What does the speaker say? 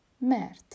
mert